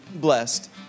blessed